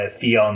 Theon